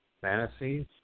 fantasies